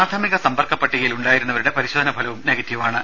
പ്രാഥമിക സമ്പർക്ക പട്ടികയിൽ ഉണ്ടായിരുന്നവരുടെ പരിശോധനാഫലവും നെഗറ്റീവ് ആണ്